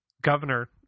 governor